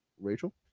Rachel